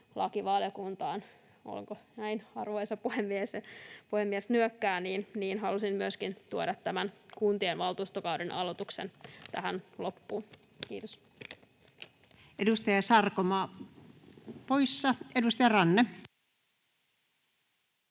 perustuslakivaliokuntaan... — Onko näin, arvoisa puhemies? Puhemies nyökkää. — ...niin halusin myöskin tuoda tämän kuntien valtuustokauden aloituksen tähän loppuun. — Kiitos. Edustaja Sarkomaa poissa. — Edustaja Ranne.